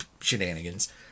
shenanigans